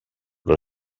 però